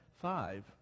Five